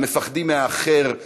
המפחדים מהאחר.